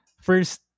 first